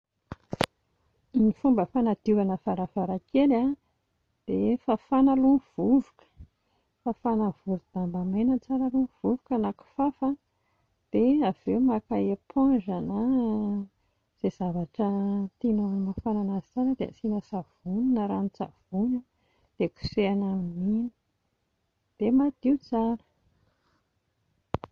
Ny fomba fanadiovana varavarankely a, dia fafàna aloha ny vovoka, fafàna amin'ny vorodamba maina tsara aloha ny vovoka na kifafa, dia avy eo maka éponge na izay zavatra tianao hamafana an'azy tsara dia asianao savony na ranon-tsavony dia kosehina amin'iny dia madio tsara